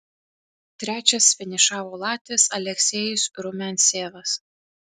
trečias finišavo latvis aleksejus rumiancevas